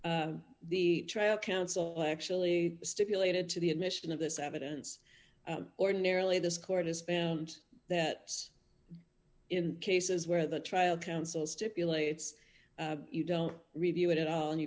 the trial counsel actually stipulated to the admission of this evidence ordinarily this court has found that in cases where the trial counsel stipulates you don't review it at all and you